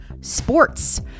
sports